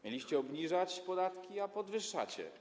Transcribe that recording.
Mieliście obniżać podatki, a podwyższacie.